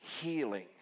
healing